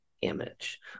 image